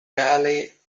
ballet